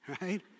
right